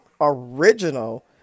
original